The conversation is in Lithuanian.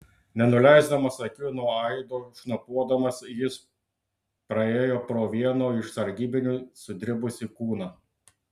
nenuleisdamas akių nuo aido šnopuodamas jis praėjo pro vieno iš sargybinių sudribusį kūną